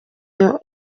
nibwo